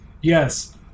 yes